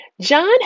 John